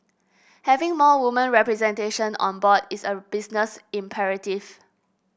having more women representation on board is a business imperative